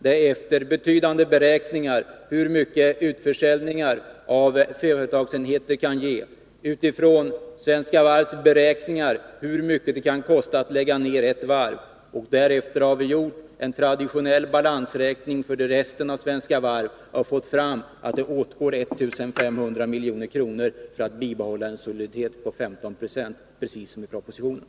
Det är efter omfattande beräkningar av hur mycket utförsäljningar av företagsenheter kan ge, utifrån Svenska Varvs beräkningar av hur mycket det kan kosta att lägga ned ett varv. Därefter har vi gjort en traditionell balansräkning för resten av Svenska Varv och fått fram att det åtgår 1 500 milj.kr. för att bibehålla en soliditet på 15 96 — precis som i propositionen.